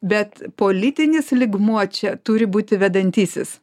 bet politinis lygmuo čia turi būti vedantysis